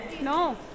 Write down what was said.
No